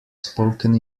spoken